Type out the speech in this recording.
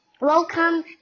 welcome